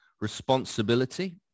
responsibility